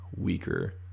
weaker